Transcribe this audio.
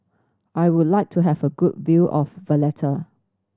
I would like to have a good view of Valletta